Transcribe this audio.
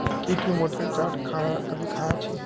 की टी मोठेर चाट कभी ख़या छि